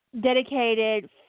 dedicated